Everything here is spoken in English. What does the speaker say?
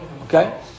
Okay